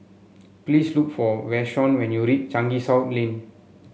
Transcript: please look for Vashon when you reach Changi South Lane